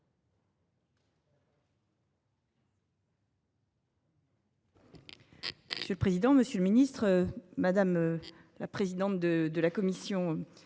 C'est le président, Monsieur le Ministre, madame. La présidente de de la commission